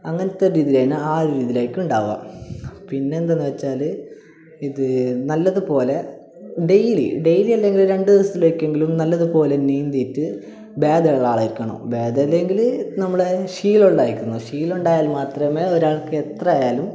അങ്ങനത്തെ രീതിയിലാണ് ആ ഒരു രീതിയിലായിരിക്കും ഉണ്ടാകുക പിന്നെ എന്താണെന്നു വെച്ചാൽ ഇത് നല്ലതുപോലെ ഡെയ്ലി ഡെയ്ലി അല്ലെങ്കിലും രണ്ടു ദിവസത്തിലൊരിക്കൽ എങ്കിലും നല്ലതുപോലെ നീന്തിയിട്ട് ഭേദമുള്ള ആളായിരിക്കണം ഭേദമില്ലെങ്കിൽ നമ്മളെ ശീലമുള്ളായിക്കണം ശീലമുണ്ടായാൽ മാത്രമേ ഒരാൾക്ക് എത്ര ആയാലും